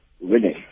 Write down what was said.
winning